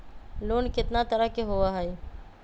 Loan केतना तरह के होअ हई?